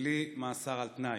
ובלי מאסר על תנאי,